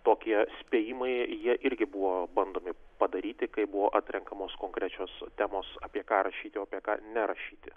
tokie spėjimai jie irgi buvo bandomi padaryti kai buvo atrenkamos konkrečios temos apie ką rašyti o apie ką nerašyti